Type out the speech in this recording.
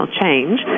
change